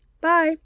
Bye